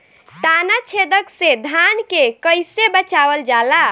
ताना छेदक से धान के कइसे बचावल जाला?